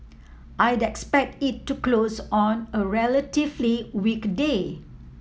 I'd expect it to close on a relatively weak day